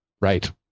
Right